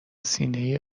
سینه